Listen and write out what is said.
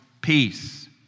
peace